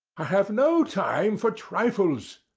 i have no time for trifles,